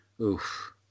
oof